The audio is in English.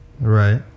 Right